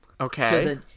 Okay